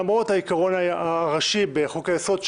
למרות העיקרון הראשי בחוק היסוד,